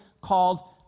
called